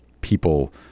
people